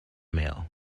mail